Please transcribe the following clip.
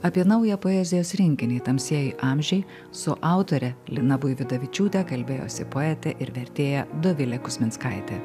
apie naują poezijos rinkinį tamsieji amžiai su autore lina buividavičiūte kalbėjosi poetė ir vertėja dovilė kuzminskaitė